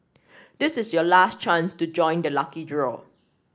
this is your last chance to join the lucky draw